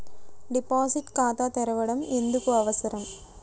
Deposit ఖాతా తెరవడం ఎందుకు అవసరం?